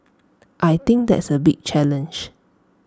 I think that's A big challenge